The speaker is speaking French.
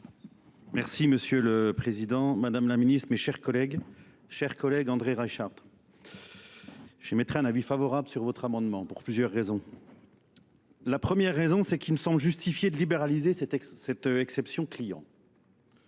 Merci Monsieur le Président, Madame la Ministre, mes chers collègues, chers collègues, André Reichardt. Je mettrai un avis favorable sur votre amendement pour plusieurs raisons. La première raison, c'est qu'il me semble justifié de libéraliser cette exception client.